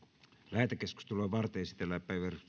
lähetekeskustelua varten esitellään päiväjärjestyksen